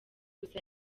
gusa